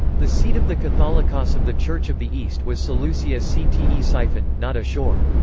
the seat of the catholicos of the church of the east was seleucia-ctesiphon, not assur.